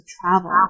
travel